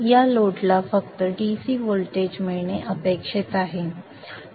या लोडला फक्त DC व्होल्टेज मिळणे अपेक्षित आहे